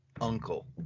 Uncle